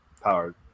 powered